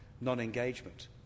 non-engagement